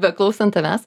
beklausant tavęs